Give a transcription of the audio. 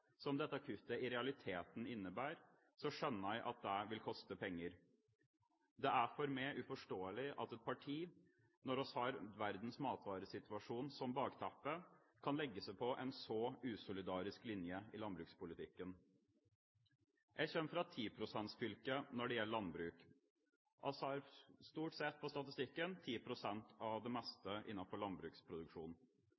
som dette kuttet i realiteten innebærer, skjønner jeg at det vil koste penger. Det er for meg uforståelig at et parti, når vi har verdens matvaresituasjon som bakteppe, kan legge seg på en så usolidarisk linje i landbrukspolitikken. Jeg kommer fra et 10 pst.-fylke når det gjelder landbruk. Vi har på statistikken stort sett 10 pst. av det